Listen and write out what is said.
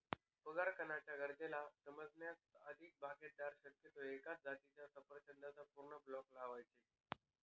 परागकणाच्या गरजेला समजण्या आधीच, बागायतदार शक्यतो एकाच जातीच्या सफरचंदाचा पूर्ण ब्लॉक लावायचे